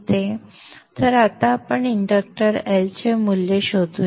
तर आता आपण इंडक्टर L चे मूल्य शोधूया